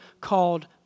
called